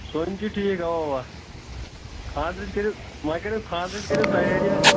سۄنۍ تہِ ٹھیٖک اَوا اَوا خاندرٕچ کٔرِو وۄںۍ کٔرِو خاندرٕچ کٔرِو تیٲریہ